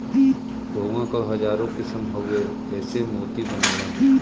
घोंघा क हजारो किसम हउवे एसे मोती बनला